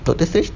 doctor strange